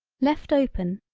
left open,